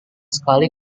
sekali